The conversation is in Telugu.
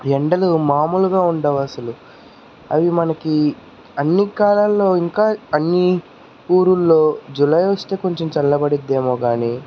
ఎండలు మామూలుగా ఉండవు అసలు అవి మనకి అన్ని కాలాల్లో ఇంకా అన్నీ ఊరుల్లో జూలై వస్తే కొంచెం చల్లబడుద్దేమో కానీ